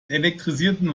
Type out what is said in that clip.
elektrisierten